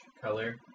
color